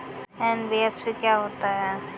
NBFC क्या होता है?